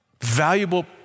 valuable